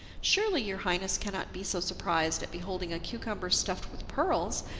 surely your highness cannot be so surprised at beholding a cucumber stuffed with pearls,